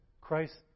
Christ